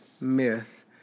myth